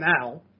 now